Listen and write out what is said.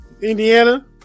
Indiana